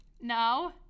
No